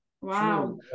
Wow